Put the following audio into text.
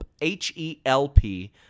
H-E-L-P